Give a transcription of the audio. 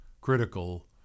critical